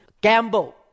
gamble